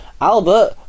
Albert